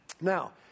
Now